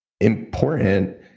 important